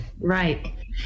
right